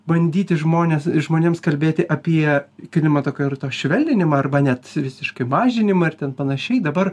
bandyti žmones žmonėms kalbėti apie klimato kaitos švelninimą arba net visiškai mažinimą ir ten panašiai dabar